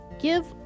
Give